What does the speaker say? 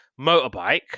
motorbike